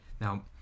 Now